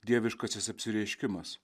dieviškasis apsireiškimas